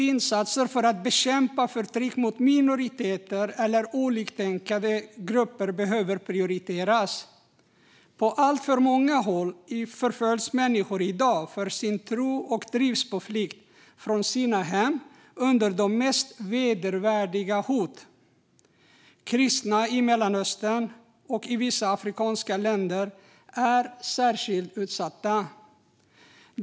Insatser för att bekämpa förtryck mot minoriteter eller oliktänkande grupper behöver prioriteras. På alltför många håll förföljs människor i dag för sin tro och drivs på flykt från sina hem under de mest vedervärdiga hot. Kristna i Mellanöstern och i vissa afrikanska länder är särskilt utsatta.